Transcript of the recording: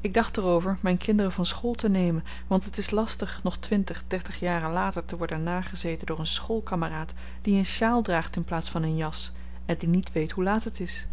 ik dacht er over myn kinderen van school te nemen want het is lastig nog twintig dertig jaren later te worden nagezeten door een schoolkameraad die een sjaal draagt in plaats van een jas en die niet weet hoe laat het is